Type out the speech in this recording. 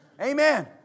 Amen